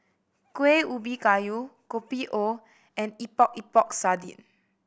Kueh Ubi Kayu Kopi O and Epok Epok Sardin